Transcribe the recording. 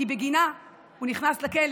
כי בגינה הוא נכנס לכלא.